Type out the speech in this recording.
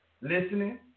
listening